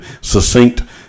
succinct